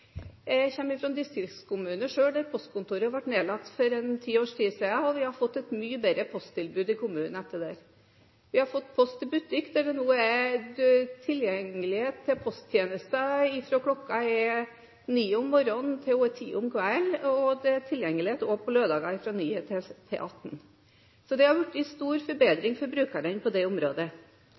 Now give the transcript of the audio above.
Jeg kommer selv fra en distriktskommune, der postkontoret ble nedlagt for ca. ti år siden. Vi har fått et mye bedre posttilbud i kommunen etter det. Vi har fått Post i Butikk, der posttjenestene er tilgjengelige fra kl. 9 om morgenen til kl. 22 om kvelden. Posttjenestene er også tilgjengelige på lørdager fra kl. 9 til kl. 18. Så det har blitt en stor forbedring for brukerne på det området.